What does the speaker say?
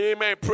Amen